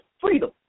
freedom